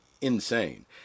insane